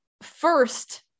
first